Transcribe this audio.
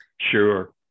sure